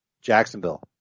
Jacksonville